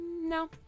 No